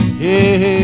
hey